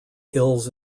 hills